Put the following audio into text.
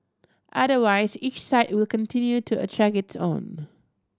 otherwise each site will continue to attract its own